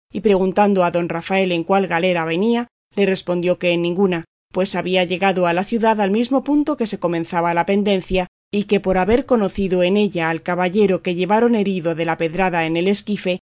y preguntando a don rafael en cuál galera venía le respondió que en ninguna pues había llegado a la ciudad al mismo punto que se comenzaba la pendencia y que por haber conocido en ella al caballero que llevaron herido de la pedrada en el esquife